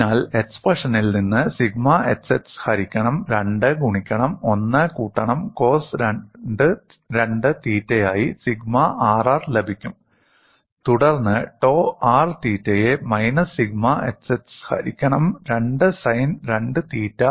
അതിനാൽ എക്സ്പ്രഷനിൽ നിന്ന് സിഗ്മ xx ഹരിക്കണം 2 ഗുണിക്കണം 1 കൂട്ടണം കോസ് 2 തീറ്റയായി സിഗ്മ rr ലഭിക്കും തുടർന്ന് ടോ r തീറ്റയെ മൈനസ് സിഗ്മ xx ഹരിക്കണം 2 സൈൻ 2 തീറ്റ